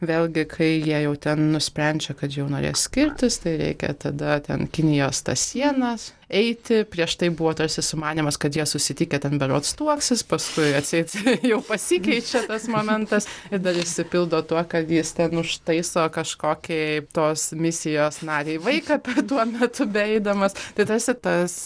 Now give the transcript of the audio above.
vėlgi kai jie jau ten nusprendžia kad jau norės skirtis tai reikia tada ten kinijos tas sienas eiti prieš tai buvo tarsi sumanymas kad jie susitikę ten berods tuoksis paskui atseit jau pasikeičia tas momentas ir dar išsipildo tuo ką jis ten užtaiso kažkokiai tos misijos narei vaiką per tuo metu beeidamas tai tarsi tas